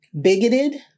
bigoted